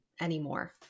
anymore